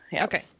Okay